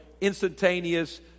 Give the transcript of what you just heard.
instantaneous